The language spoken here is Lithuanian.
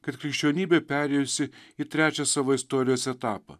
kad krikščionybė perėjusi į trečią savo istorijos etapą